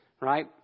right